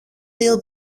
δυο